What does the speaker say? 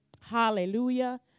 Hallelujah